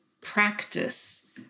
practice